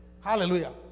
Hallelujah